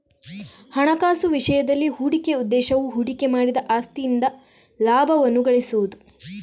ಹಣಕಾಸು ವಿಷಯದಲ್ಲಿ, ಹೂಡಿಕೆಯ ಉದ್ದೇಶವು ಹೂಡಿಕೆ ಮಾಡಿದ ಆಸ್ತಿಯಿಂದ ಲಾಭವನ್ನು ಗಳಿಸುವುದು